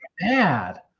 bad